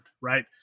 right